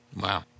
wow